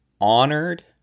honored